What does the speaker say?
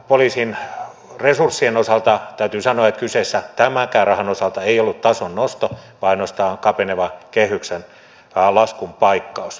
poliisin resurssien osalta täytyy sanoa että kyseessä tämänkään rahan osalta ei ollut tason nosto vaan ainoastaan kapenevan kehyksen laskun paikkaus